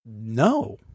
No